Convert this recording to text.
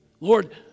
Lord